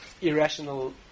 irrational